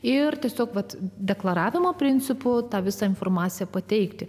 ir tiesiog vat deklaravimo principų tą visą informaciją pateikti